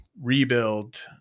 rebuild